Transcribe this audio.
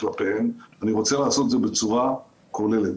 אני רוצה לעשות את זה בצורה כוללת.